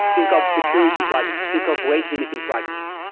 think of security plugins. think of rate limiting plugins,